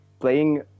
playing